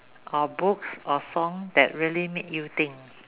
or books or song that really made you think